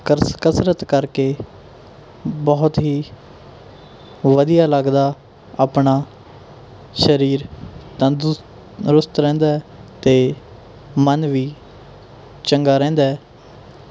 ਕਸ ਕਸਰਤ ਕਰਕੇ ਬਹੁਤ ਹੀ ਵਧੀਆ ਲੱਗਦਾ ਆਪਣਾ ਸਰੀਰ ਤੰਦਰੁਸਤ ਰਹਿੰਦੇ ਅਤੇ ਮਨ ਵੀ ਚੰਗਾ ਰਹਿੰਦੇ